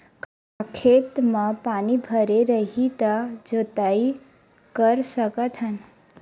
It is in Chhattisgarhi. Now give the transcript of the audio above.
का खेत म पानी भरे रही त जोताई कर सकत हन?